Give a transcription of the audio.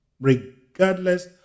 Regardless